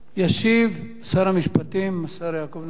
ישיב שר המשפטים, השר יעקב נאמן.